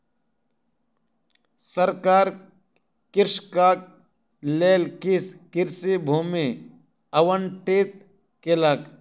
सरकार कृषकक लेल किछ कृषि भूमि आवंटित केलक